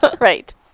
Right